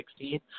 2016